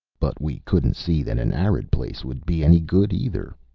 but we couldn't see that an arid place would be any good either.